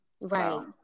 right